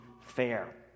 fair